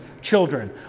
children